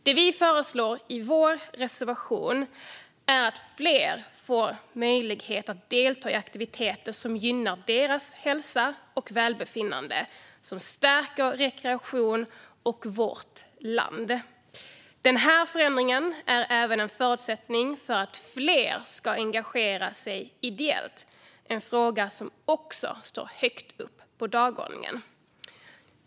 Det vi föreslår i vår reservation är att fler får möjligheten att delta i aktiviteter som gynnar deras hälsa och välbefinnande, som stärker rekreationen och vårt land. Den här förändringen är även en förutsättning för att fler ska engagera sig ideellt, en fråga som också står högt på dagordningen.